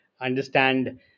understand